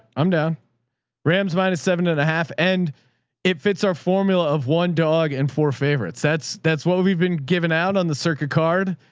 i'm down rams minus seven and a half. and it fits our formula of one dog and four favorite sets. that's what we've been given out on the circuit card.